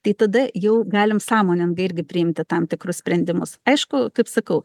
tai tada jau galim sąmoningai irgi priimti tam tikrus sprendimus aišku kaip sakau